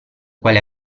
quale